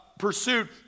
pursuit